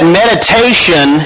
meditation